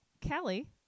Kelly